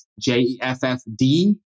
J-E-F-F-D